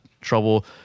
trouble